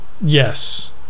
yes